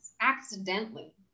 accidentally